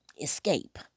escape